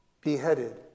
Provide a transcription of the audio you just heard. beheaded